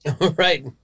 right